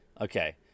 Okay